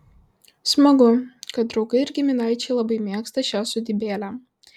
smagu kad draugai ir giminaičiai labai mėgsta šią sodybėlę